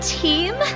team